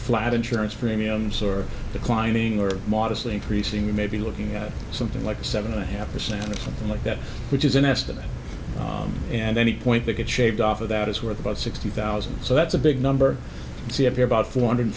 flat insurance premiums or declining or modestly increasing we may be looking at something like seven and a half percent or something like that which is an estimate and any point they get shaved off of that is worth about sixty thousand so that's a big number see if they're about four hundred